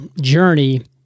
journey